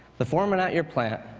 the foreman at your plant,